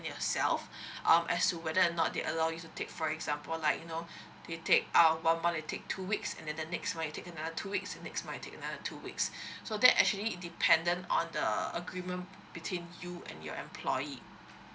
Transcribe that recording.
and yourself um as to whether or not they allow you to take for example like you know they take our one month they take two weeks and then the next month you take another two weeks the next month you take another two weeks so that actually it dependent on the agreement between you and your employee